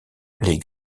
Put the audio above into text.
les